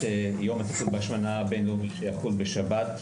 יום הטיפול בהשמנה הבין-לאומי שיחול בשבת.